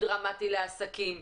הוא דרמטי לעסקים,